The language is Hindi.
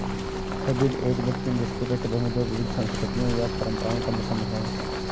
हाइब्रिड एक व्यक्ति जिसकी पृष्ठभूमि दो विविध संस्कृतियों या परंपराओं का मिश्रण है